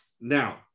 Now